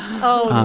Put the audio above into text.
oh,